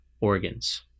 organs